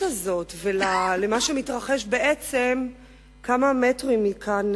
הזאת ולמה שמתרחש בעצם כמה מטרים מכאן,